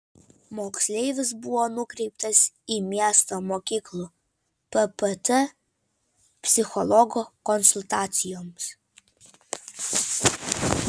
moksleivis buvo nukreiptas į miesto mokyklų ppt psichologo konsultacijoms